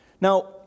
Now